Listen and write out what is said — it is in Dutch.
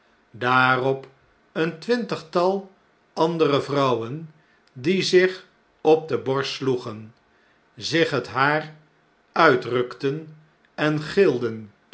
daarop een twintigtal andere vrouwen die zich op de borst sloegen zich het haar uitrukten en gilden